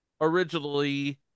originally